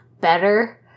better